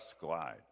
glide